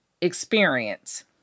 experience